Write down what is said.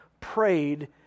prayed